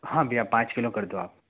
हाँ भईया पाँच किलो कर दो आप